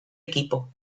equipo